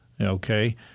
okay